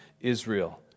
Israel